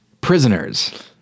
Prisoners